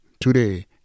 today